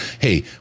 Hey